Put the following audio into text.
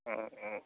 ம்ம்